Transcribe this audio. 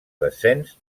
descens